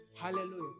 Hallelujah